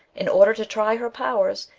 in order to try her powers,